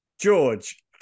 George